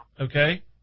Okay